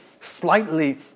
slightly